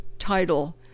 title